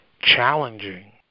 challenging